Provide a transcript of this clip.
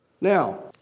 Now